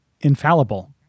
infallible